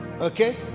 Okay